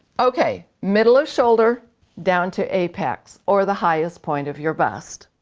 okay, middle of shoulder down to apex or the highest point of your bust